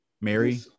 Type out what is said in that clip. Mary